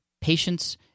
Patience